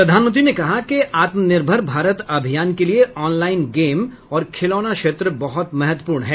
प्रधानमंत्री ने कहा कि आत्मनिर्भर भारत अभियान के लिए ऑनलाइन गेम और खिलौना क्षेत्र बहुत महत्वपूर्ण हैं